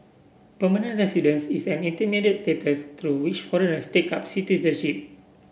permanent residence is an intermediate status through which foreigners take up citizenship